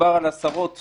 הם לא מקזזים לעצמם